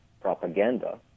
propaganda